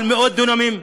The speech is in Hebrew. על מאות דונמים,